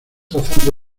trazando